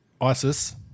ISIS